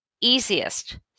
easiest